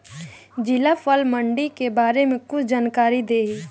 जिला फल मंडी के बारे में कुछ जानकारी देहीं?